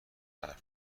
حرف